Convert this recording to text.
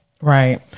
Right